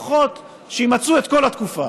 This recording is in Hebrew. אז לפחות שימצו את כל התקופה